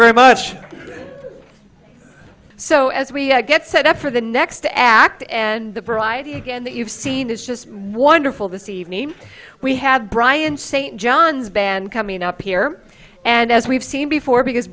very much so as we get set up for the next to act and the bride and that you've seen is just wonderful this evening we had bryan st john's band coming up here and as we've seen before because